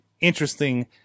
interesting